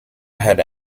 had